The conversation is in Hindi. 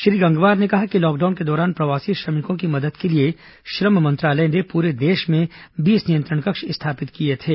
श्री गंगवार ने कहा कि लॉकडाउन के दौरान प्रवासी श्रमिकों की मदद के लिए श्रम मंत्रालय ने पूरे देश में बीस नियंत्रण कक्ष स्थापित किए थे